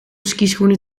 skischoenen